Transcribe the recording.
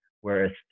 whereas